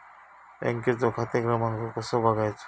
बँकेचो खाते क्रमांक कसो बगायचो?